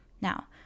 Now